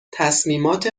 تصمیمات